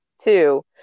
Two